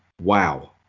wow